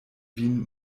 vin